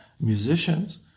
musicians